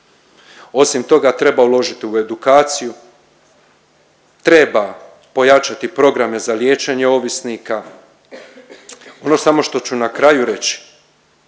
Osim toga treba uložiti u edukaciju, treba pojačati programe za liječenje ovisnika. Ono samo što ću na kraju reći